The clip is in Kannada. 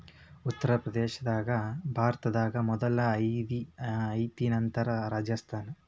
ಉತ್ತರ ಪ್ರದೇಶಾ ಭಾರತದಾಗ ಮೊದಲ ಐತಿ ನಂತರ ರಾಜಸ್ಥಾನ